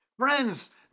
Friends